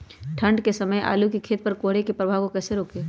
ठंढ के समय आलू के खेत पर कोहरे के प्रभाव को कैसे रोके?